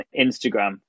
Instagram